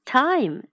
time